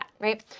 right